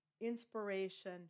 inspiration